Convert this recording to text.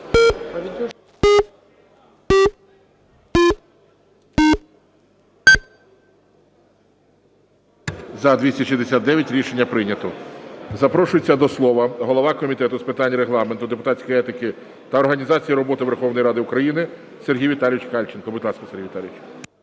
Рішення прийнято. Запрошується до слова голова Комітету з питань регламенту, депутатської етики та організації роботи Верховної Ради України Сергій Віталійович Кальченко. Будь ласка, Сергій Віталійович.